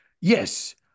yes